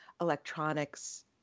electronics